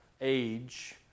age